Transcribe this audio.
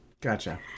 Gotcha